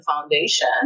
Foundation